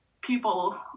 people